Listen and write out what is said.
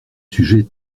sujet